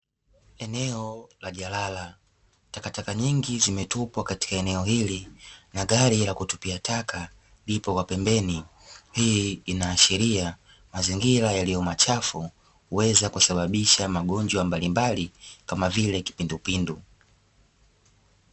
Eneo la jalala takataka nyingi zimetupwa katika eneo hili na gari la kutupia taka lipo kwa pembeni. Hii inaashiria mazingira yaliyo machafu huweza kusababisha magonjwa mbalimbali kama vile kipindupindu.